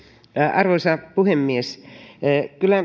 arvoisa puhemies kyllä